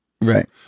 right